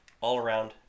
all-around